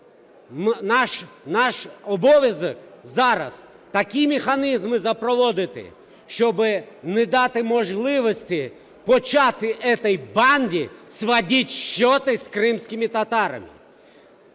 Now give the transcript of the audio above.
наш обов'язок зараз такі механізми запровадити, щоби не дати можливості почати этой банде сводить счеты с крымскими татарами.